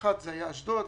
אחד זה היה אשדוד,